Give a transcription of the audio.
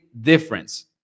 difference